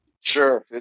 Sure